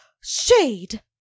Shade